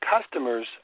customers